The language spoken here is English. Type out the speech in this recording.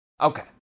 Okay